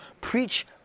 Preach